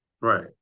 Right